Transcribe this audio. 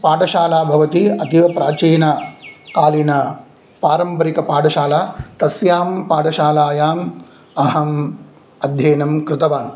पाठशाला भवति अतीवप्राचीनकालीनपारम्परिकपाठशाला तस्यां पाठशालायाम् अहम् अध्ययनं कृतवान्